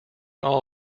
all